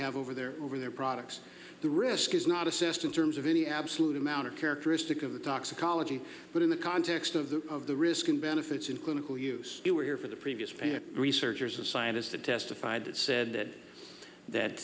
have over their over their products the risk is not assessed in terms of any absolute amount or characteristic of the toxicology but in the context of the of the risk and benefits in clinical use you were here for the previous panel researchers and scientists that testified that said that